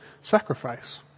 sacrifice